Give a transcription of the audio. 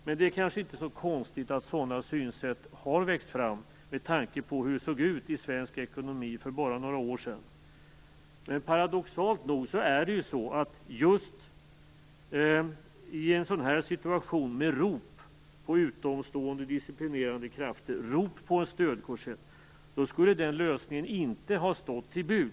Men det är kanske inte så konstigt att sådana synsätt har växt fram, med tanke på hur det såg ut i svensk ekonomi för bara några år sedan. Paradoxalt nog skulle den lösningen inte ha stått till buds just i en sådan här situation, med rop på utomstående disciplinerande krafter, rop på en stödkorsett.